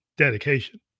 dedication